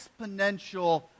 exponential